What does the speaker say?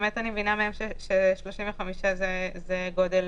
אני מבינה מהם ש-35 זה גודל